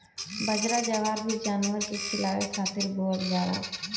बजरा, जवार भी जानवर के खियावे खातिर बोअल जाला